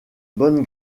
bonne